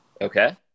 okay